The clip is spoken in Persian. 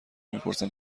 میپرسند